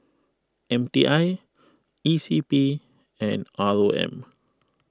M T I E C P and R O M